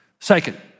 Second